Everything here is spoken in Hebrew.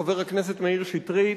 חבר הכנסת מאיר שטרית,